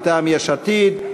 מטעם יש עתיד,